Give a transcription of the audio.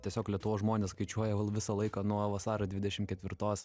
tiesiog lietuvos žmonės skaičiuoja visą laiką nuo vasario dvidešim ketvirtos